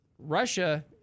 Russia